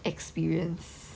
experience